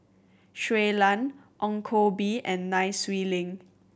Shui Lan Ong Koh Bee and Nai Swee Leng